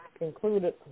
included